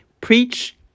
preach